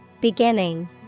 Beginning